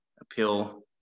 appeal